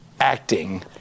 acting